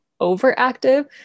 overactive